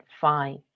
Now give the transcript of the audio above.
fine